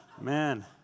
man